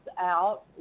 out